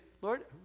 Lord